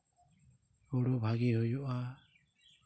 ᱦᱩᱲᱩ ᱵᱷᱟᱹᱜᱤ ᱦᱩᱭᱩᱜᱼᱟ